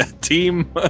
Team